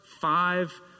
five